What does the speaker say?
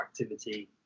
activity